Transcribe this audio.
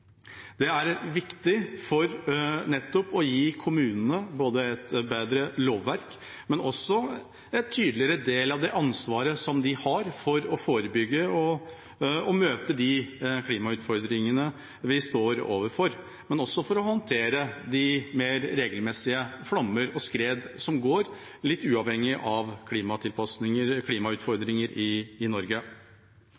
Det er viktig for nettopp å gi kommunene et bedre lovverk og en tydeligere del av det ansvaret de har for å forebygge og møte de klimautfordringene vi står overfor, men også for å håndtere de mer regelmessige flommer og skred som er mer uavhengig av